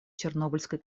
чернобыльской